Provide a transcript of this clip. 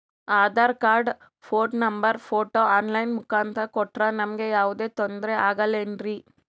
Aadhaar card, phone number, photo online ಮುಖಾಂತ್ರ ಕೊಟ್ರ ನಮಗೆ ಯಾವುದೇ ತೊಂದ್ರೆ ಆಗಲೇನ್ರಿ?